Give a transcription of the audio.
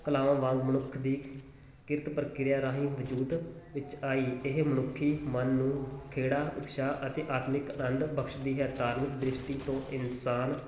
ਕਲਾਵਾਂ ਵਾਂਗ ਮਨੁੱਖ ਦੀ ਕਿਰਤ ਪ੍ਰਕਿਰਿਆ ਰਾਹੀਂ ਵਜੂਦ ਵਿੱਚ ਆਈ ਇਹ ਮਨੁੱਖੀ ਮਨ ਨੂੰ ਖੇੜਾ ਉਤਸ਼ਾਹ ਅਤੇ ਆਤਮਿਕ ਅਨੰਦ ਬਖਸ਼ਦੀ ਹੈ ਧਾਰਮਿਕ ਦ੍ਰਿਸ਼ਟੀ ਤੋਂ ਇਨਸਾਨ